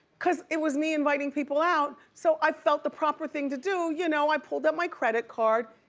cause it was me inviting people out so i felt the proper thing to do, you know i pulled out my credit card.